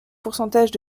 pourcentages